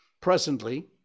Presently